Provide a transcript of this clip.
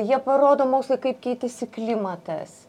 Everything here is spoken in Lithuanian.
jie parodo mokslui kaip keitėsi klimatas